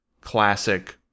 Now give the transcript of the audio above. classic